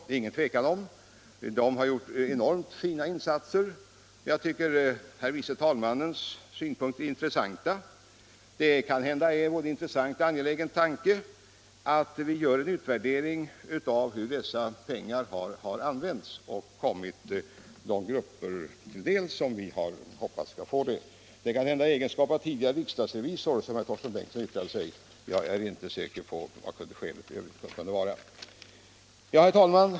Det är inget tvivel om att de har gjort enormt fina insatser. Jag tycker att herr förste vice talmannens synpunkter är intressanta, och det kanske är angeläget att göra en utvärdering av hur dessa pengar har använts och om de kommit de grupper till del som vi hoppats på. Det kanske var i egenskap av tidigare riksdagsrevisor som herr Torsten Bengtson yttrade sig. Det gör inte frågeställningen mindre intressant. Herr talman!